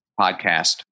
podcast